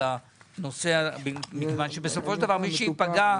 הנושא כיוון שבסופו של דבר מי שייפגע,